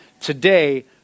today